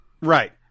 Right